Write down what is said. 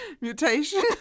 mutation